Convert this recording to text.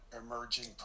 emerging